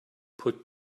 put